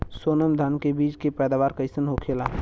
सोनम धान के बिज के पैदावार कइसन होखेला?